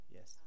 Yes